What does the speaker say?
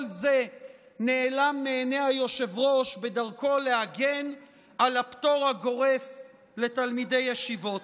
כל זה נעלם מעיני היושב-ראש בדרכו להגן על הפטור הגורף לתלמידי ישיבות.